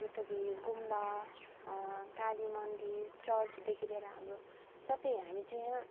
जस्तो कि गुम्बा कालीमन्दिर चर्चदेखि लिएर हाम्रो सबै हामी चाहिँ यहाँ